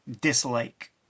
dislike